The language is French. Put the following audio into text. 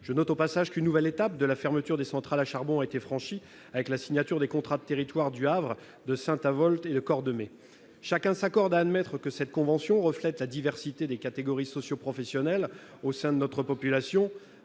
égard, j'observe qu'une nouvelle étape de la fermeture des centrales à charbon a été franchie, avec la signature des contrats de territoire du Havre, de Saint-Avold et de Cordemais. Chacun s'accorde à admettre que la composition de la Convention reflète la diversité des catégories socioprofessionnelles au sein de notre population.